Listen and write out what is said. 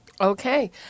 Okay